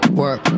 work